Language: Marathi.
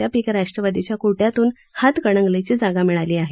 त्यापैकी राष्ट्रवादीच्या कोट्यातून हातकणंगलेची जागा मिळाली आहे